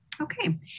Okay